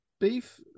beef